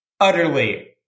utterly